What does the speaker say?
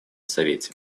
совете